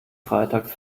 freitags